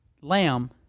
lamb